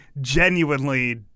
genuinely